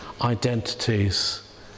identities